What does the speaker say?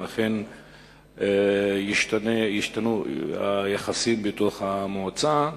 האם אכן ישתנו היחסים בתוך המועצה?